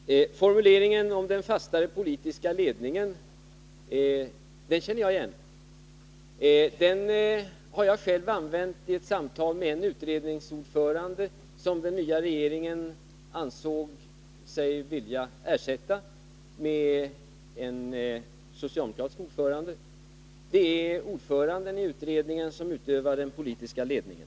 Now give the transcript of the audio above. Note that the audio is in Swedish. Herr talman! Formuleringen om en fastare politisk ledning känner jag igen. Den har jag själv använt i ett samtal med en utredningsordförande som den nya regeringen ansåg sig vilja ersätta med en socialdemokratisk ordförande. Det är ordföranden i utredningen som utövar den politiska ledningen.